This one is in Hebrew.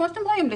כמו שאתם רואים,